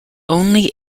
only